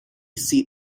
seat